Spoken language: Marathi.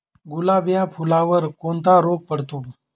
गुलाब या फुलावर कोणता रोग पडतो?